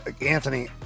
Anthony